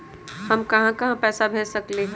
हम कहां कहां पैसा भेज सकली ह?